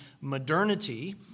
modernity